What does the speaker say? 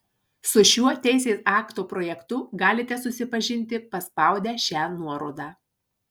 su šiuo teisės akto projektu galite susipažinti paspaudę šią nuorodą